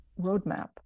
roadmap